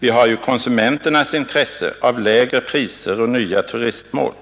Vi har även konsumenternas intresse av lägre priser och nya turistmål,